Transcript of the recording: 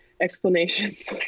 explanations